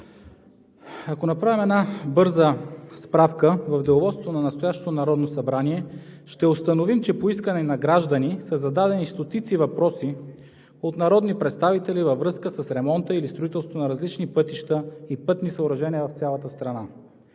Ако направим една бърза справка в Деловодството на настоящото Народно събрание, ще установим, че по искане на граждани са зададени стотици въпроси от народни представители във връзка с ремонта или строителството на различни пътища и пътни съоръжения в цялата страна.